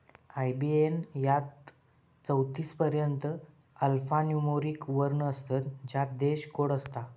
IBAN यात चौतीस पर्यंत अल्फान्यूमोरिक वर्ण असतत ज्यात देश कोड असता